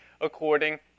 according